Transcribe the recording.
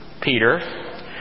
Peter